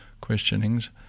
questionings